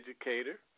educator